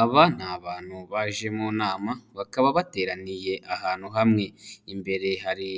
aba ni abantu baje mu nama, bakaba bateraniye ahantu hamwe. imbere hari